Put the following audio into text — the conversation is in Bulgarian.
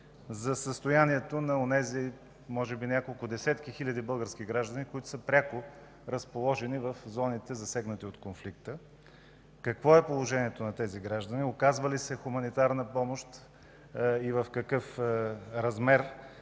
за състоянието на онези може би няколко десетки хиляди български граждани, които са пряко разположени в зоните, засегнати от конфликта? Какво е положението на тези граждани? Оказва ли се хуманитарна помощ и в какъв размер